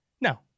No